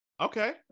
Okay